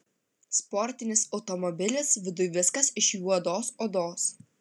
sportinis automobilis viduj viskas iš juodos odos